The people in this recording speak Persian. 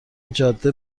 جاده